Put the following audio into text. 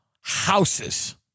houses